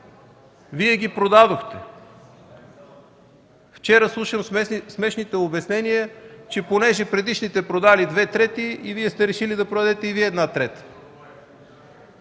Вие ги продадохте. Вчера слушам смешните обяснения, че понеже предишните продали две трети и Вие сте решили да продадете една трета.